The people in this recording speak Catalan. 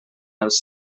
els